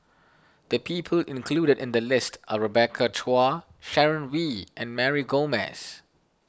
the people included in the list are Rebecca Chua Sharon Wee and Mary Gomes